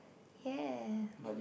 ya